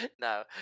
No